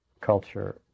culture